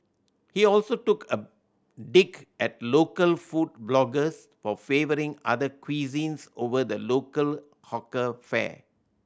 he also took a dig at local food bloggers for favouring other cuisines over the local hawker fare